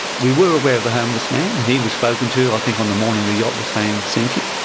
we were aware of the homeless man, and he was spoken to, i think on the morning the yacht was found sinking.